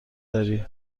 داری